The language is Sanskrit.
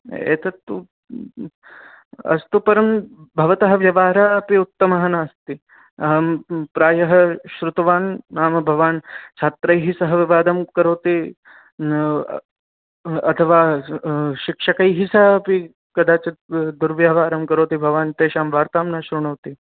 एतत्तु अस्तु परं भवतः व्यवहारः अपि उत्तमः नास्ति अहं प्रायः श्रुतवान् नाम भवान् छात्रैः सह विवादं करोति न अथवा शिक्षकैः सह अपि कदाचित् दुर्व्यवहारं करोति भवान् तेषां वार्तां न श्रुणोति